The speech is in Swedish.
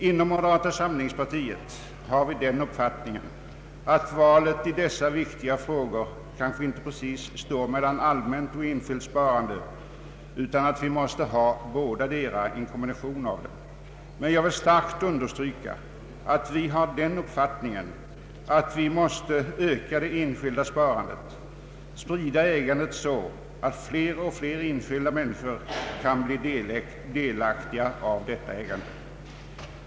Inom moderata samlingspartiet har vi den uppfattningen att valet i dessa viktiga frågor inte precis står mellan allmänt och enskilt sparande utan att vi måste ha båda i kombination. Men jag vill starkt understryka att vi har den uppfattningen att vi måste öka det enskilda sparandet och sprida ägandet så att fler och fler enskilda människor kan bli delaktiga av detta ägande.